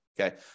Okay